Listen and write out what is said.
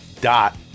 dot